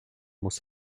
musst